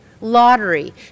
lottery